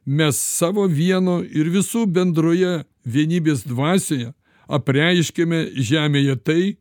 mes savo vieno ir visų bendroje vienybės dvasioje apreiškiame žemėje tai